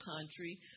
country